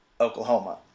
Oklahoma